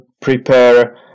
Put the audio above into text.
prepare